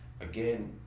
again